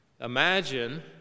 Imagine